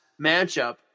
matchup